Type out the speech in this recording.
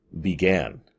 began